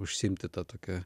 užsiimti tą tokią